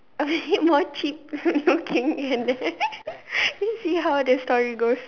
a bit more cheap okay let's see how the story goes